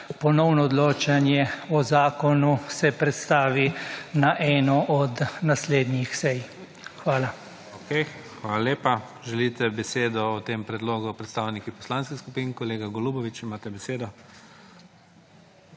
ponovno odločanje o zakonu se predstavi na eno od naslednjih sej. Hvala. PREDSEDNIK IGOR ZORČIČ: Okej, hvala lepa. Želite besedo o tem predlogu predstavniki poslanskih skupin? Kolega Golubović, imate besedo.